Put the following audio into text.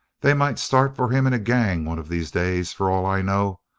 they might start for him in a gang one of these days, for all i know.